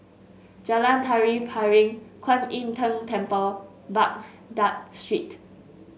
Jalan Tari Piring Kwan Im Tng Temple Baghdad Street